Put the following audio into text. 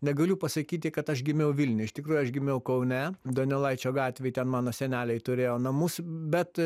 negaliu pasakyti kad aš gimiau vilniuj iš tikrųjų aš gimiau kaune donelaičio gatvėj ten mano seneliai turėjo namus bet